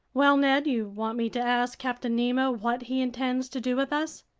well, ned, you want me to ask captain nemo what he intends to do with us?